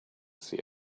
see